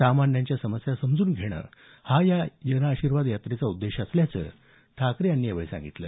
सामान्यांच्या समस्या समजून घेणं हा या जनआशीर्वाद यात्रेचा उद्देश असल्याचं ठाकरे यांनी सांगितलं